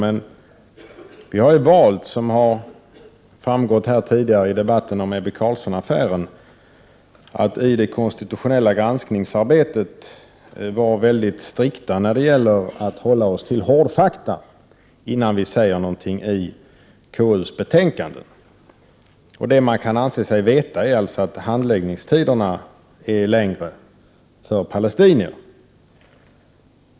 Men som framgått tidigare i debatten om Ebbe Carlsson-affären, har vi valt att i det konstitutionella granskningsarbetet strikt hålla oss till hårdfakta, innan vi säger någonting i KU:s betänkande. Det man kan anse sig veta är alltså att handläggningstiderna är längre för palestinierna.